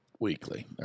Weekly